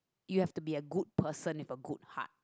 you have to be a good person with a good heart